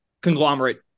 conglomerate